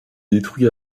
détruit